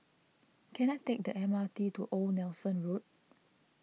can I take the M R T to Old Nelson Road